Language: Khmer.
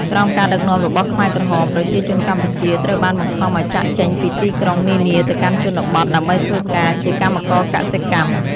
ក្រោមការដឹកនាំរបស់ខ្មែរក្រហម ប្រជាជនកម្ពុជាត្រូវបានបង្ខំឲ្យចាកចេញពីទីក្រុងនានាទៅកាន់ជនបទ ដើម្បីធ្វើការជាកម្មករកសិកម្ម។